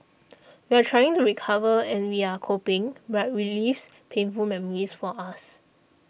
we're trying to recover and we're coping but relives painful memories for us